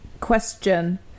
Question